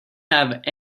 have